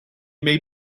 may